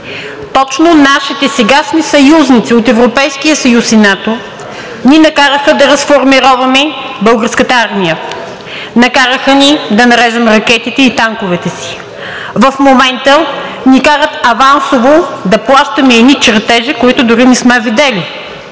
Точно нашите сегашни съюзници от Европейския съюз и НАТО ни накараха да разформироваме Българската армия, накараха ни да нарежем ракетите и танковете си. В момента ни карат авансово да плащаме едни чертежи, които дори не сме видели,